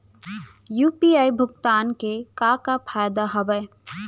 UPI भुगतान के का का फायदा हावे?